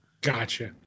Gotcha